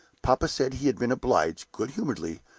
papa said he had been obliged, good-humoredly,